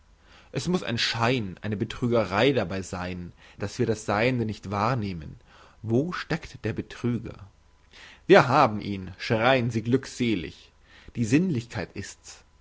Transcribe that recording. es muss ein schein eine betrügerei dabei sein dass wir das seiende nicht wahrnehmen wo steckt der betrüger wir haben ihn schreien sie glückselig die sinnlichkeit ist's